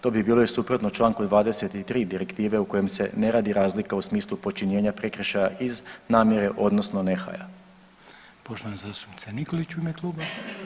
To bi bilo i suprotno članku 23. direktive u kojem se ne radi razlika u smislu počinjenja prekršaja iz namjere, odnosno nehaja.